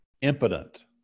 impotent